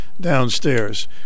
downstairs